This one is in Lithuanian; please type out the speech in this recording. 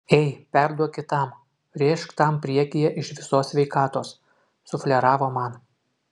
ei perduok kitam rėžk tam priekyje iš visos sveikatos sufleravo man